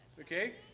Okay